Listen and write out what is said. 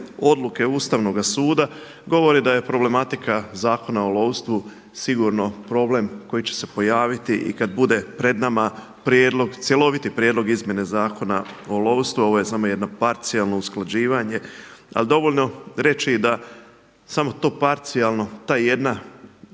odluke Ustavnoga suda, govore da je problematika Zakona o lovstvu sigurno problem koji će se pojaviti i kada bude pred nama prijedlog cjeloviti prijedlog Izmjene zakona o lovstvu, ovo je samo jedno parcijalno usklađivanje ali dovoljno je reći da samo to parcijalno, ta jedna